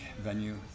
venue